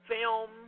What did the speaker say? film